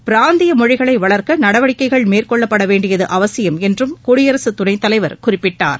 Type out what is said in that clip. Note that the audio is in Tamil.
பிராந்திய மொழிகளை வளர்க்க நடவடிக்கைகள் மேற்கொள்ளப்படவேண்டியது அவசியம் என்றும் குடியரசுத் துணைத்தலைவர் குறிப்பிட்டார்